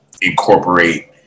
incorporate